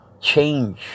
change